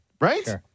Right